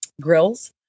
grills